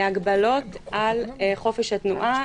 הגבלות על חופש התנועה,